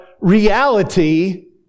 reality